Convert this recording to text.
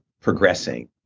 progressing